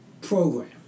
program